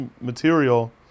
material